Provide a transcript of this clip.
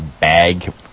bag